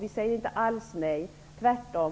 Vi säger inte alls nej, tvärtom.